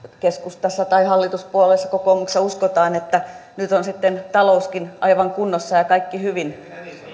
keskustassa tai hallituspuolueissa kokoomuksessa uskotaan että nyt on sitten talouskin aivan kunnossa ja kaikki hyvin